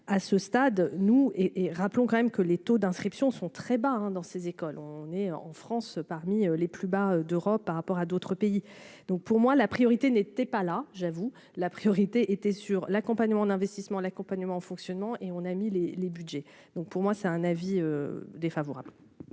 à ce stade nous et rappelons quand même que les taux d'inscription sont très bas, hein, dans ces écoles, on est en France parmi les plus bas d'Europe par rapport à d'autres pays, donc pour moi, la priorité n'était pas là j'avoue la priorité était sur l'accompagnement d'investissement, l'accompagnement fonctionnement et on a mis les les Budgets, donc pour moi c'est un avis défavorable.